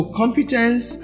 competence